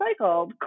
recycled